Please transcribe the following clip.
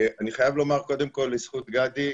אני חייב לומר קודם כל לזכות גדי,